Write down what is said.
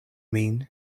min